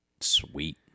Sweet